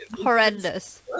horrendous